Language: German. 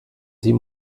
sie